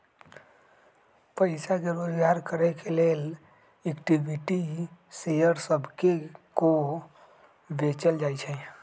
पईसा के जोगार करे के लेल इक्विटी शेयर सभके को बेचल जाइ छइ